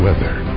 Weather